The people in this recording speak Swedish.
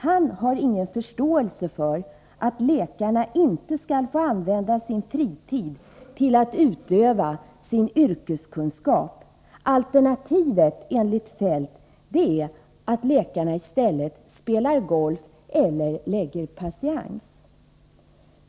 Han har ingen förståelse för att läkarna inte skall få använda sin fritid till att utöva sin yrkeskunskap. Alternativet enligt Feldt är att läkarna i stället spelar golf eller lägger patiens.